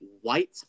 white